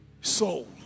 soul